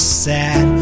sad